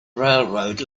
railroad